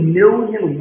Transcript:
million